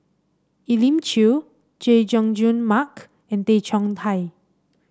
Elim Chew Chay Jung Jun Mark and Tay Chong Hai